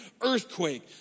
earthquake